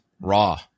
Raw